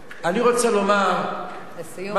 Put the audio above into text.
אני רוצה לומר משהו, לסיום.